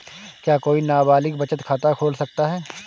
क्या कोई नाबालिग बचत खाता खोल सकता है?